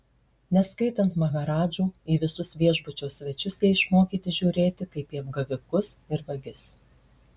neskaitant maharadžų į visus viešbučio svečius jie išmokyti žiūrėti kaip į apgavikus ir vagis